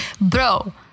bro